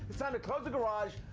it's time to close the garage,